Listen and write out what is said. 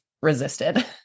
resisted